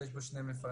שיש בו שני מפרנסים.